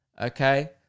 okay